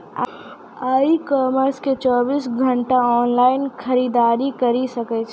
ई commerce से चौबीस घंटा ऑनलाइन खरीदारी करी सकै छो